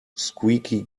squeaky